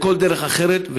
לכל דרך אחרת,